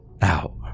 out